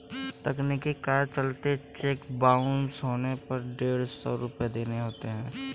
तकनीकी कारण के चलते चेक बाउंस होने पर डेढ़ सौ रुपये देने होते हैं